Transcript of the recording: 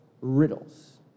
riddles